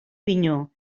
pinyó